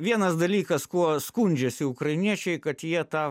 vienas dalykas kuo skundžiasi ukrainiečiai kad jie tą